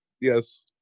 Yes